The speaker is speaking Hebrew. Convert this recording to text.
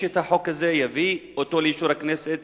את החוק הזה ויביא אותו לאישור הכנסת